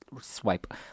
swipe